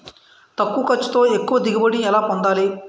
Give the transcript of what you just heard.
తక్కువ ఖర్చుతో ఎక్కువ దిగుబడి ని ఎలా పొందాలీ?